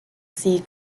sea